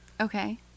Okay